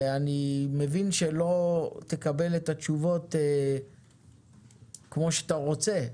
אני מבין שלא תקבל את התשובות כמו שאתה רוצה,